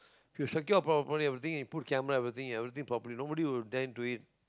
if you secure properly everything you put camera everything your everything properly nobody will then do it